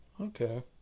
Okay